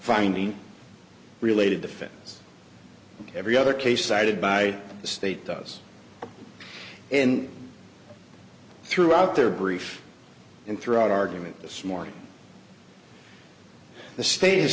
findings related to fit every other case cited by the state does in throughout their brief and throughout argument this morning the state has